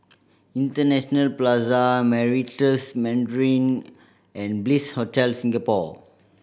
International Plaza Meritus Mandarin and Bliss Hotel Singapore